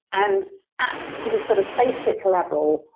and at the sort of basic level,